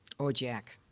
oh, jack.